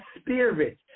spirit